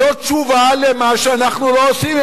זאת תשובה למה שאנחנו לא עושים.